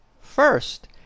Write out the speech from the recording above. First